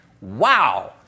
wow